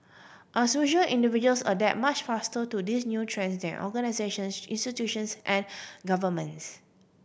as usual individuals adapt much faster to these new trends than organisations institutions and governments